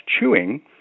chewing